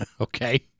Okay